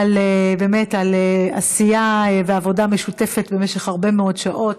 באמת על עשייה ועבודה משותפת במשך הרבה מאוד שעות.